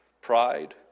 pride